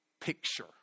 picture